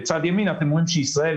בצד ימין אתם רואים שישראל,